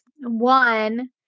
One